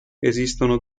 esistono